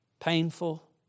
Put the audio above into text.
Painful